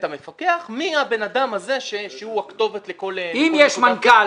כללית המצב הוא שלראשונה במדינת ישראל מטפלים